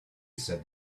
said